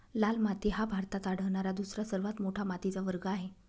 लाल माती हा भारतात आढळणारा दुसरा सर्वात मोठा मातीचा वर्ग आहे